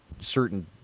certain